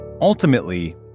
Ultimately